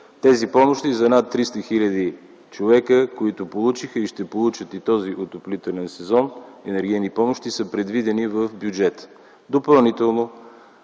Тези помощи за над 300 хил. човека, които получиха и ще получат и този отоплителен сезон енергийни помощи, са предвидени в бюджета.